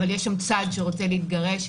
אבל יש שם צד שרוצה להתגרש,